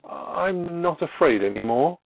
i'm not afraid any more.